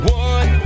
one